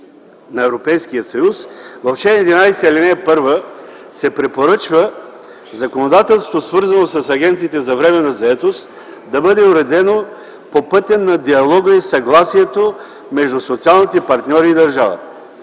съюз – в чл. 11, ал. 1, се препоръчва законодателството, свързано с агенциите за временна заетост, да бъде уредено по пътя на диалога и съгласието между социалните партньори и държавата